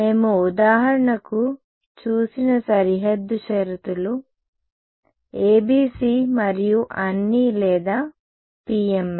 మేము ఉదాహరణకు చూసిన సరిహద్దు షరతులు ABC మరియు అన్నీ లేదా PML